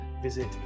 visit